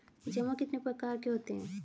जमा कितने प्रकार के होते हैं?